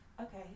Okay